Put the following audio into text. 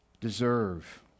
deserve